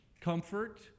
comfort